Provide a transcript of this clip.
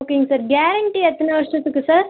ஓகேங்க sir guarantee எத்தனை வருஷத்துக்கு சார்